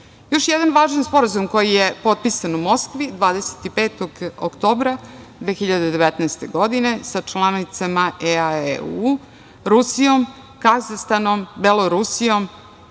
jedan važan sporazum koji je potpisan u Moskvi 25. oktobra 2019. godine sa članicama EA, EU, Rusijom, Kazahstanom, Belorusijom,